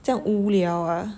这样无聊 ah